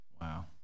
Wow